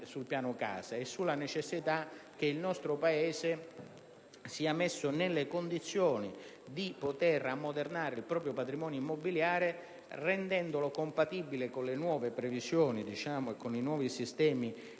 sul piano casa e sulla necessità che il nostro Paese sia messo nelle condizioni di poter ammodernare il proprio patrimonio immobiliare rendendolo compatibile con le nuove previsioni e con i nuovi sistemi